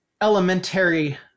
elementary